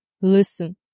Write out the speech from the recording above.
Listen